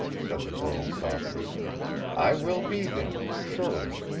said the girl, softly i will be there surely.